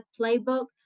playbook